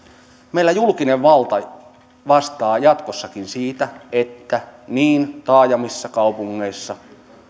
meillä julkinen valta vastaa jatkossakin siitä että niin taajamissa kaupungeissa